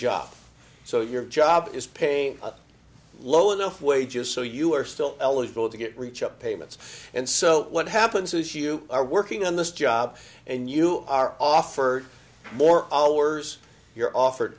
job so your job is paying low enough wages so you are still eligible to get reach up payments and so what happens is you are working on this job and you are offered more allers you're offered